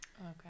Okay